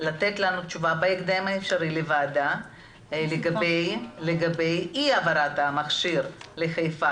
לתת לוועדה תשובה בהקדם האפשרי לגבי אי העברת המכשיר לחיפה,